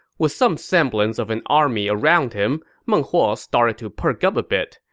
with some semblance of an army around him, meng huo started to perk up a bit.